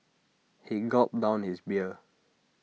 he gulped down his beer